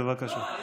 בבקשה.